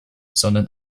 sondern